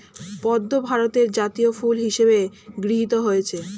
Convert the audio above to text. পদ্ম ভারতের জাতীয় ফুল হিসেবে গৃহীত হয়েছে